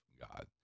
God